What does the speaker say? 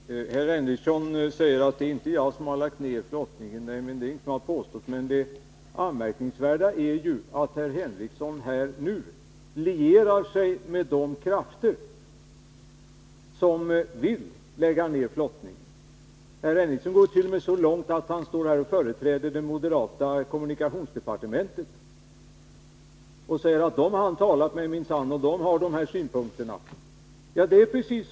Herr talman! Herr Henricsson säger att det inte är han som har lagt ned flottningen, och det är det heller ingen som har påstått. Men det anmärkningsvärda är att herr Henricsson här och nu lierar sig med de krafter som vill lägga ned flottningen. Han går t.o.m. så långt att han här företräder det moderata kommunikationsdepartementet. Människorna där har han minsann talat med, och där är man av samma åsikt som han.